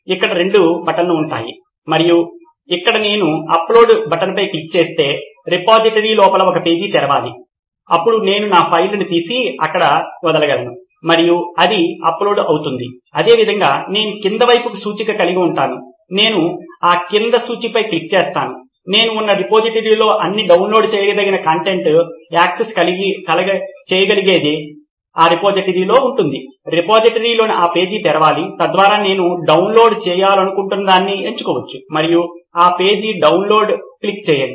ఇక్కడ రెండు బటన్లు ఉంటాయి మరియు ఇక్కడ నేను అప్లోడ్ బటన్ పై క్లిక్ చేస్తే రిపోజిటరీ లోపల ఒక పేజీ తెరవాలి అక్కడ నేను నా ఫైళ్ళను తీసి అక్కడ వదలగలను మరియు అది అప్లోడ్ అవుతుంది అదేవిధంగా నేను క్రింది వైపుకి సూచిక కలిగి ఉంటాను నేను ఆ క్రింది సూచికపై క్లిక్ చేస్తాను నేను ఉన్న రిపోజిటరీలోని అన్ని డౌన్లోడ్ చేయదగిన కంటెంట్ యాక్సెస్ చేయగలిగేది ఆ రిపోజిటరీలో ఉంటుంది రిపోజిటరీలోని ఆ పేజీ తెరవాలి తద్వారా నేను డౌన్లోడ్ చేయాలనుకుంటున్నదాన్ని ఎంచుకోవచ్చు మరియు ఆ పేజీలో డౌన్లోడ్ క్లిక్ చేయండి